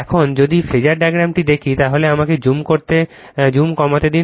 এখন যদি ফেজার ডায়াগ্রামটি দেখি তাহলে আমাকে জুম কমাতে দিন